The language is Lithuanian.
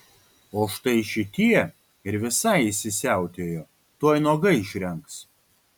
o štai šitie ir visai įsisiautėjo tuoj nuogai išrengs